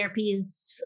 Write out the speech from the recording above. therapies